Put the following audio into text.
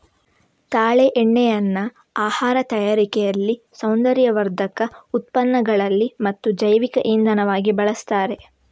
ತಾಳೆ ಎಣ್ಣೆಯನ್ನ ಆಹಾರ ತಯಾರಿಕೆಯಲ್ಲಿ, ಸೌಂದರ್ಯವರ್ಧಕ ಉತ್ಪನ್ನಗಳಲ್ಲಿ ಮತ್ತು ಜೈವಿಕ ಇಂಧನವಾಗಿ ಬಳಸ್ತಾರೆ